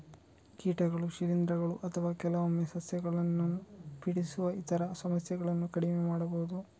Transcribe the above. ಕೀಟಗಳು, ಶಿಲೀಂಧ್ರಗಳು ಅಥವಾ ಕೆಲವೊಮ್ಮೆ ಸಸ್ಯಗಳನ್ನು ಪೀಡಿಸುವ ಇತರ ಸಮಸ್ಯೆಗಳನ್ನು ಕಡಿಮೆ ಮಾಡಬಹುದು